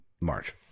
March